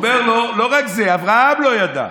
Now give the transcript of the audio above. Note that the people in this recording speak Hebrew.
אומר לו: לא רק זה, אברהם לא ידע,